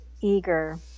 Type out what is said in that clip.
eager